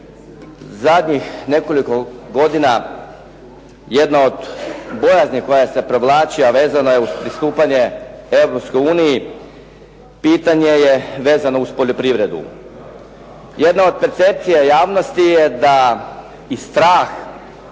zadnjih nekoliko godina jedna od bojazni koja se provlačila, a vezano je uz pristupanje Europskoj uniji, pitanje je vezano uz poljoprivredu. Jedno od percepcija javnosti je da i strah